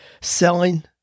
selling